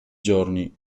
giorni